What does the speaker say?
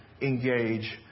engage